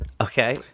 Okay